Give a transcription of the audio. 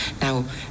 Now